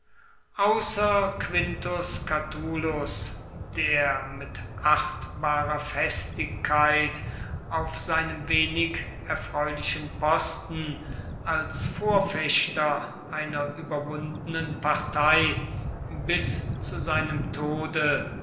außer quintus catulus der mit achtbarer festigkeit auf seinem wenig erfreulichen posten als vorfechter einer überwundenen partei bis zu seinem tode